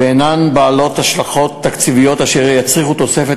והן בעלות השלכות תקציביות אשר יצריכו תוספת